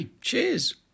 Cheers